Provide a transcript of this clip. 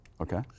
Okay